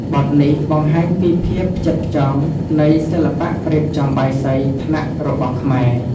បទនេះបង្ហាញពីភាពផ្ចិតផ្ចង់នៃសិល្បៈរៀបចំបាយសីថ្នាក់របស់ខ្មែរ។